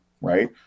right